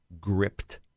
gripped